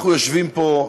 אנחנו יושבים פה,